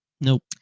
Nope